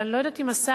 אני לא יודעת אם השר